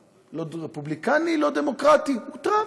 לא רפובליקני, לא דמוקרטי, הוא טראמפ.